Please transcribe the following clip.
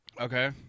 Okay